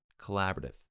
Collaborative